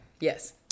Yes